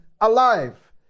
alive